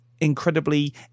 incredibly